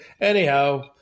anyhow